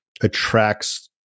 attracts